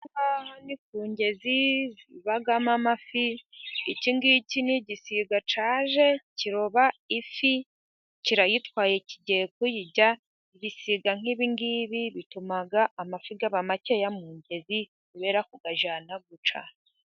Ahangaha ni ku ngezi zibamo amafi, ikingiki ni gisiga cyaje kiroba ifi kirayitwaye kigiye kuyirya, ibisiga nk'ibingibi bituma amafi aba makeya mu ngezi kubera kuyajyana gutya.